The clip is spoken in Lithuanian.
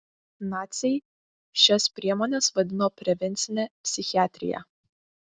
naciai šias priemones vadino prevencine psichiatrija